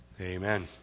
Amen